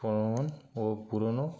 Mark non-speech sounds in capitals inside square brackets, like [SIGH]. [UNINTELLIGIBLE] ও পুরোনো